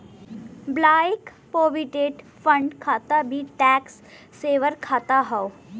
public provident fund खाता भी tax saver खाता हौ